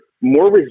more